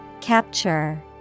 Capture